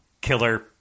killer